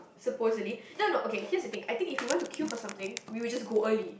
supposedly no no okay here's the thing I think if you want to queue for something we would just go early